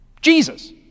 Jesus